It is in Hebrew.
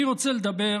אני רוצה לדבר